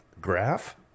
graph